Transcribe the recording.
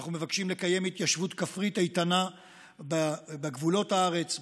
אנחנו מבקשים לקיים התיישבות כפרית איתנה בגבולות הארץ,